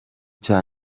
cya